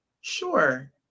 sure